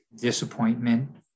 disappointment